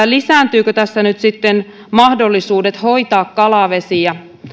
lisääntyvätkö tässä nyt sitten mahdollisuudet hoitaa kalavesiä